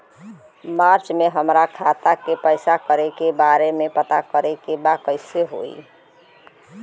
मार्च में हमरा खाता के पैसा के बारे में पता करे के बा कइसे होई?